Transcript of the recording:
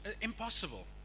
Impossible